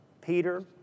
Peter